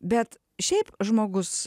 bet šiaip žmogus